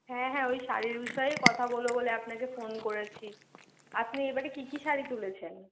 হ্যাঁ হ্যাঁ ওই শাড়ির বিষয়েই কথা বলব বলে আপনাকে ফোন করেছি আপনি এবারে কী কী শাড়ি তুলেছেন